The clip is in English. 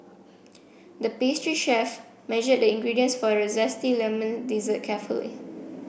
the pastry chef measured the ingredients for a zesty lemon dessert carefully